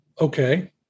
okay